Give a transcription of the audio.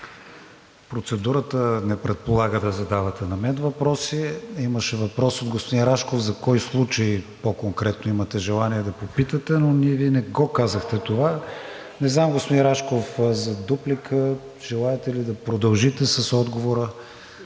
Процедурата не предполага да задавате на мен въпроси. Имаше въпрос от господин Рашков за кой случай по-конкретно имате желание да попитате, но Вие не го казахте това. Не знам, господин Рашков, за дуплика, желаете ли да продължите с отговора,